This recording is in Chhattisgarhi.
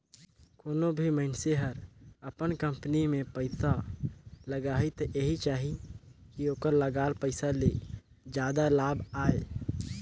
कोनों भी मइनसे हर अपन कंपनी में पइसा लगाही त एहि चाहही कि ओखर लगाल पइसा ले जादा लाभ आये